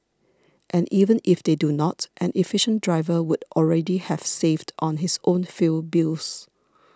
and even if they do not an efficient driver would already have saved on his own fuel bills